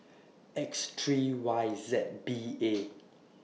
X three Y Z B A